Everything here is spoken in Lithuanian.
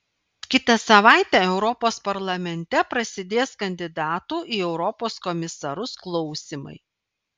kitą savaitę europos parlamente prasidės kandidatų į europos komisarus klausymai